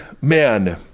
man